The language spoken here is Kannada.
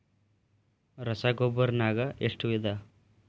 ರಸಗೊಬ್ಬರ ನಾಗ್ ಎಷ್ಟು ವಿಧ?